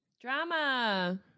Drama